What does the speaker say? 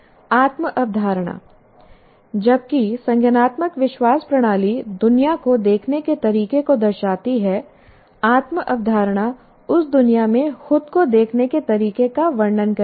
आत्म अवधारणा जबकि संज्ञानात्मक विश्वास प्रणाली दुनिया को देखने के तरीके को दर्शाती है आत्म अवधारणा उस दुनिया में खुद को देखने के तरीके का वर्णन करती है